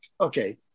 Okay